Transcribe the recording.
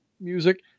music